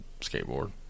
skateboard